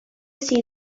see